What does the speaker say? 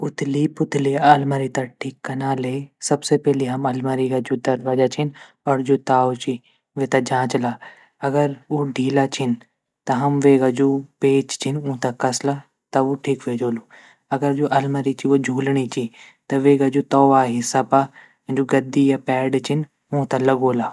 उथली पुथली अलमारी त ठीक कना ले सबसे पैली हम अलमारी ग जू दरवज़ा छीन और ताऊ ची वेता जाँच ला अगर ऊ ढीला छीन त हम वेगा जू पेच छीन ऊँता कश ला तब ऊ ठीक वे जोलू अगर जू अलमारी ची व झूलनी ची त वेगा जू तोवा हिस्सा पा जू गद्दी या पैड छीन ऊँ त लगोला।